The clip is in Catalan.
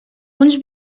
uns